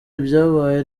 ibyabaye